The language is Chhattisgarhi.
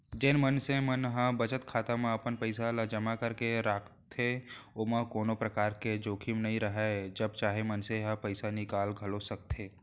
जेन मनसे मन ह बचत खाता म अपन पइसा ल जमा करके राखथे ओमा कोनो परकार के जोखिम नइ राहय जब चाहे मनसे ह पइसा निकाल घलौक सकथे